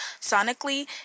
Sonically